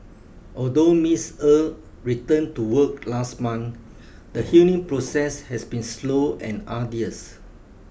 although Miss Er returned to work last month the healing process has been slow and arduous